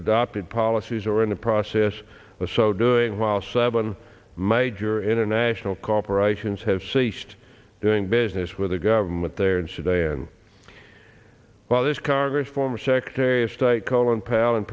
adopted policies or in the process of so doing while seven major international corporations have ceased doing business with the government there and sudan while this congress former secretary of state colin powell and